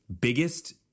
biggest